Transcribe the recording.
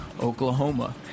oklahoma